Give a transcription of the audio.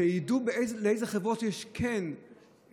שידעו לאילו חברות יש קליטה.